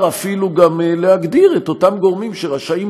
ואפשר אפילו גם להגדיר את אותם גורמים שרשאים